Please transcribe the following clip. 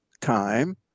time